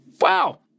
Wow